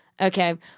Okay